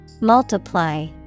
Multiply